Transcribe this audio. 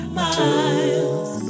miles